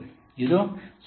ಆದ್ದರಿಂದ ಇದು 0